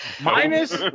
Minus